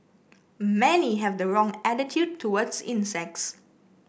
many have the wrong attitude towards insects